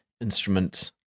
instrument